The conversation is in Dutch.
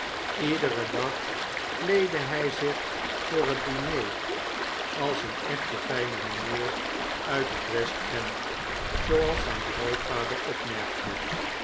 iederen dag kleedde hij zich voor het diner als een echte fijne mijnheer uit het west-end zooals zijn grootvader opmerkte